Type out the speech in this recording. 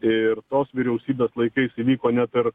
ir tos vyriausybės laikais įvyko ne per